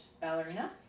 ballerina